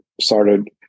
started